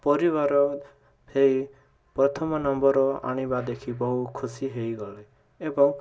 ପରିବାର ହେଇ ପ୍ରଥମ ନମ୍ୱର ଆଣିବା ଦେଖି ବହୁ ଖୁସି ହେଇଗଲେ ଏବଂ